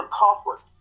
comfort